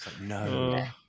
no